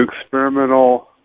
experimental